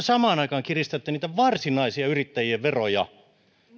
samaan aikaan te kiristätte niitä varsinaisia yrittäjien veroja